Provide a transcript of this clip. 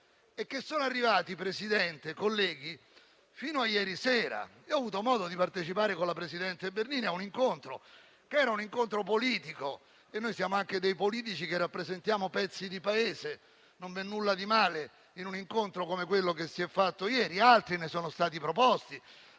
e che sono arrivati, Presidente e colleghi, fino a ieri sera, quando ho avuto modo di partecipare con la presidente Bernini ad un incontro politico, perché noi siamo anche dei politici che rappresentiamo pezzi di Paese, quindi non vi è nulla di male in un incontro come quello che si è tenuto ieri. Altri ne sono stati proposti